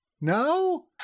No